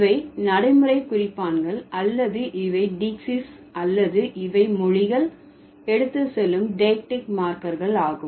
இவை நடைமுறை குறிப்பான்கள் அல்லது இவை டீக்சீஸ் அல்லது இவை மொழிகள் எடுத்து செல்லும் டெய்க்ட்டிக் மார்க்கர்கள் ஆகும்